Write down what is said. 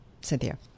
Cynthia